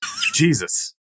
Jesus